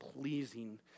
pleasing